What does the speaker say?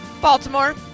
Baltimore